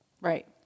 Right